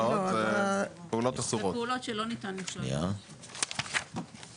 זה פעולות שלא ניתן לכלול בהרשאה.